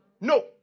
No